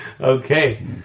Okay